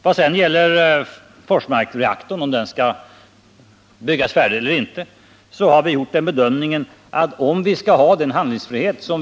I vad gäller om Forsmarkreaktorn skall byggas färdig eller inte har vi gjort den bedömningen att man bör fortsätta en försiktig utbyggnad.